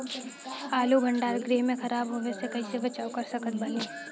आलू भंडार गृह में खराब होवे से कइसे बचाव कर सकत बानी?